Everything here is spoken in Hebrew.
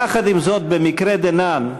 יחד עם זאת, במקרה דנן,